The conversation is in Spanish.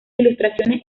ilustraciones